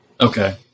okay